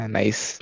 nice